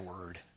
word